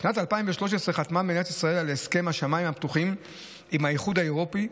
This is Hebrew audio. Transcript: בשנת 2013 חתמה מדינת ישראל על הסכם השמיים הפתוחים עם האיחוד האירופי,